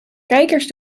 kijkers